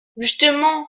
justement